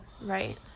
right